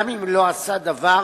גם אם לא עשה דבר,